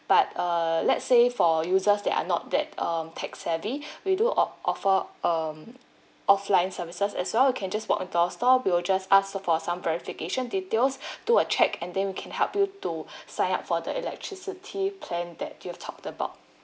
but err let's say for users that are not that um tech savvy we do o~ offer um offline services as well you can just walk into our store we will just ask her for some verification details do a check and then we can help you to sign up for the electricity plan that you have talked about